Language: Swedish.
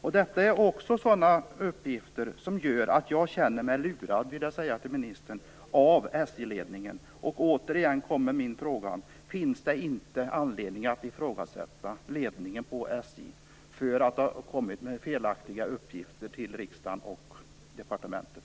Jag till tala om för ministern att detta är uppgifter som gör att jag känner mig lurad av SJ-ledningen. Jag upprepar frågan: Finns det inte anledning av ifrågasätta ledningen för SJ för att den har kommit med felaktiga uppgifter till riksdagen och departementet?